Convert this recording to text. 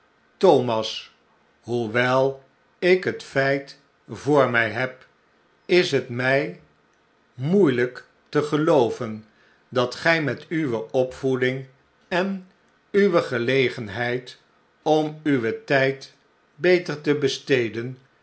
thomas hoewel ik het feit voor mij heb is het mij moeielijk te gelooven dat gij met uwe opvoeding en uwe gelegenheid om uw tijd beter te besteden